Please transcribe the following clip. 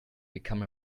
become